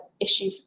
issue